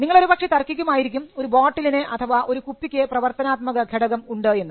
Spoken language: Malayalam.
നിങ്ങൾ ഒരുപക്ഷേ തർക്കിക്കുമായിരിക്കും ഒരു ബോട്ടിലിന് അഥവാ ഒരു കുപ്പിയ്ക്ക് പ്രവർത്തനാത്മക ഘടകം ഉണ്ടെന്ന്